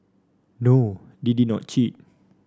no they did not cheat